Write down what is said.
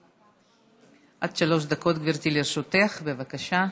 עד שלוש דקות, גברתי, לרשותך, בבקשה.